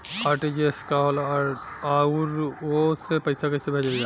RTGS का होला आउरओ से पईसा कइसे भेजल जला?